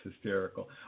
hysterical